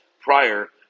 prior